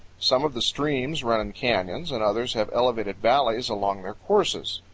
some of the streams run in canyons and others have elevated valleys along their courses.